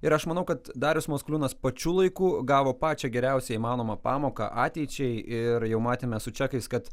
ir aš manau kad darius maskoliūnas pačiu laiku gavo pačią geriausią įmanomą pamoką ateičiai ir jau matėme su čekais kad